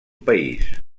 país